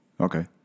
Okay